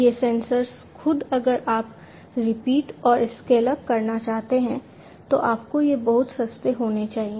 ये सेंसर्स खुद अगर आप रिपीट और स्केल अप करना चाहते हैं तो आपको ये बहुत सस्ते होने चाहिए